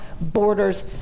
borders